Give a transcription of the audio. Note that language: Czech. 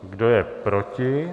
Kdo je proti?